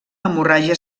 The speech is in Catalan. hemorràgia